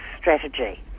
strategy